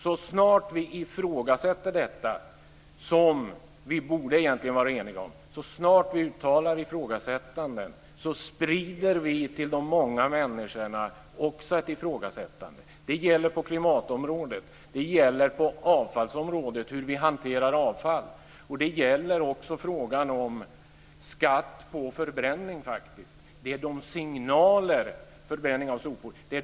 Så snart vi uttalar ett ifrågasättande av detta som vi egentligen borde vara eniga om sprider vi också ett ifrågasättande hos de många människorna. Det gäller på klimatområdet liksom också i frågan om vår hantering av avfall. Det gäller faktiskt också i frågan om skatt på förbränning av sopor.